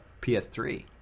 PS3